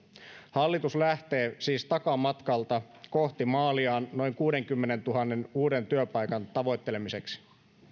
hallitus lähtee siis takamatkalta kohti maaliaan noin kuudenkymmenentuhannen uuden työpaikan tavoittelemiseksi